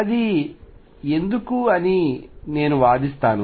అది ఎందుకు అని నేను వాదిస్తాను